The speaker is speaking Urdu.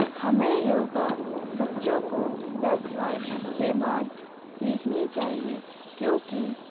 ہمیں یوگا بچوں کو دس ورش کے بعد سیکھنی چاہیے کیونکہ